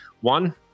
one